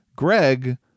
Greg